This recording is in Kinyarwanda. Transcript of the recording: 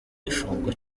igifungo